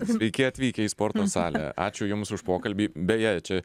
sveiki atvykę į sporto salę ačiū jums už pokalbį beje čia